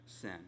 sin